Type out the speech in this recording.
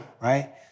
right